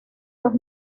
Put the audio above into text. los